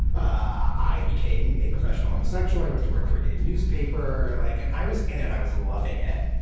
ah i became a professional homosexual. i went to work for a gay newspaper. like, and i was in it. i was loving it.